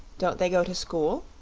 don't they go to school?